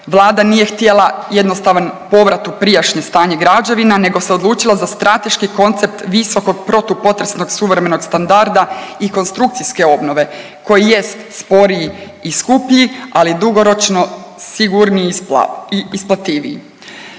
Vlada nije htjela jednostavan povrat u prijašnje stanje građevina, nego se odlučila za strateški koncept visokog protupotresnog suvremenog standarda i konstrukcijske obnove koji jest sporiji i skuplji, ali dugoročno sigurniji i isplativiji.